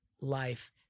life